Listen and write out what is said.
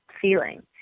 feeling